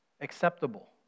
acceptable